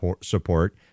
support